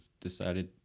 decided